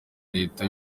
leta